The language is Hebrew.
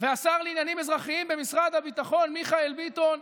והשר לעניינים אזרחיים במשרד הביטחון מיכאל ביטון,